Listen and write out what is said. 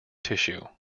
tissue